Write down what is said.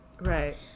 Right